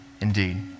indeed